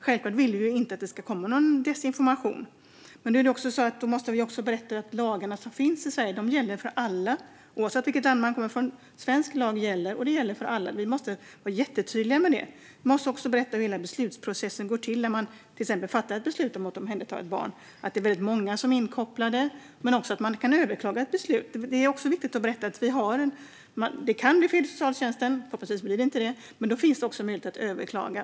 Självklart vill vi inte att det ska komma någon desinformation när det gäller det preventiva arbetet. Men då måste vi också berätta att de lagar som finns i Sverige gäller för alla oavsett vilket land man kommer från. Svensk lag gäller alltså alla. Vi måste vara jättetydliga med det. Vi måste också berätta hur hela beslutsprocessen går till när det fattas till exempel ett beslut om att omhänderta ett barn - att det är väldigt många som är inkopplade men också att ett beslut kan överklagas. Det är också viktigt att berätta att det kan bli fel från socialtjänsten, men förhoppningsvis blir det inte det. Men då finns det också möjlighet att överklaga.